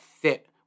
fit